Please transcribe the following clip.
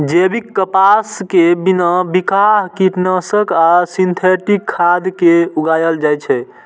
जैविक कपास कें बिना बिखाह कीटनाशक आ सिंथेटिक खाद के उगाएल जाए छै